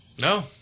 no